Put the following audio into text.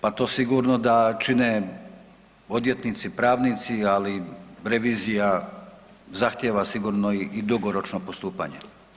Pa to sigurno da čine odvjetnici, pravnici ali revizija zahtijeva sigurno i dugoročno postupanje.